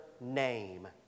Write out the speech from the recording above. name